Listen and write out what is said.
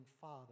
Father